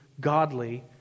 godly